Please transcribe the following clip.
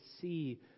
see